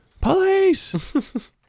Police